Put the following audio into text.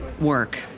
work